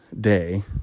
day